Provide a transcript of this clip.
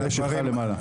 מהפה שלך למעלה.